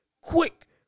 quick